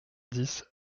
dix